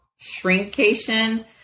shrinkation